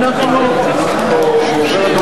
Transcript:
אדוני היושב-ראש,